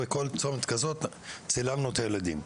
ובכל צומת כזו צילמנו את הילדים.